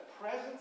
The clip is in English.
presence